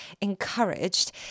encouraged